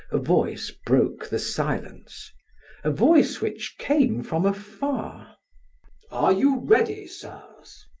a voice broke the silence a voice which came from afar are you ready, sirs?